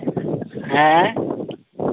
ᱦᱮᱸ